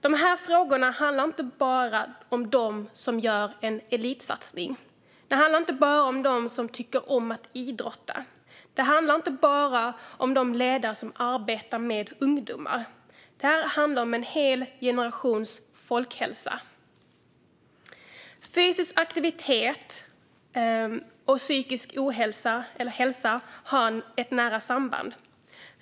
De här frågorna handlar inte bara om dem som gör en elitsatsning. Det handlar inte bara om dem som tycker om att idrotta. Det handlar inte bara om ledare som arbetar med ungdomar. Det här handlar om en hel generations folkhälsa. Fysisk aktivitet och psykisk hälsa har ett nära samband.